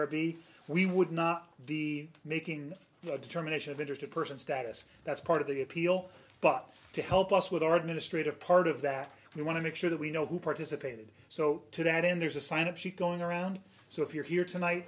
p we would not be making a determination of interested person status that's part of the appeal but to help us with our administrative part of that we want to make sure that we know who participated so to that end there's a sign up sheet going around so if you're here tonight